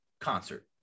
concert